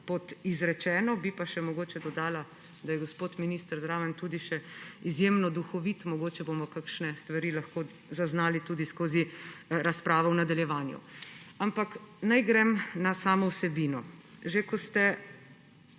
izrečeno, bi pa še mogoče dodala, da je gospod minister zraven tudi še izjemno duhovit, mogoče bomo kakšne stvari lahko zaznali tudi skozi razpravo v nadaljevanju. Ampak, naj grem na samo vsebino. Že ko ste prvič